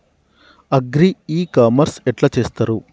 Agri e commerce ఎట్ల చేస్తరు?